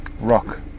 rock